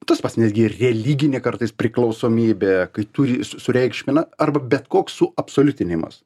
tas pats netgi religinė kartais priklausomybė kai turi su sureikšmina arba bet koks suabsoliutinimas